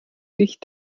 dich